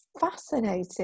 fascinating